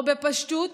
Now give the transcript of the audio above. בפשטות,